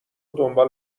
دنبال